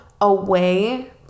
away